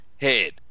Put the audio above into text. head